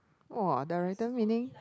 !wah! director meaning